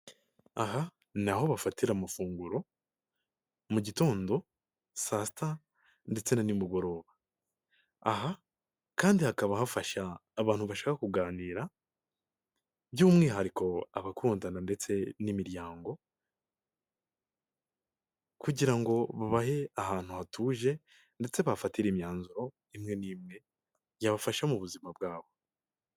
Aha naho bafatira amafunguro mu gitondo, saa sita ndetse na nimugoroba. Aha kandi hakaba hafasha abantu bashaka kuganira by'umwihariko abakundana ndetse n'imiryango kugira ngo babahe ahantu hatuje ndetse bafatira imyanzuro imwe n'imwe yabafasha mu buzima bwabo.